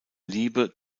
liebe